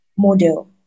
model